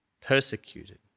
persecuted